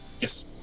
Yes